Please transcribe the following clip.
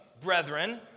Brethren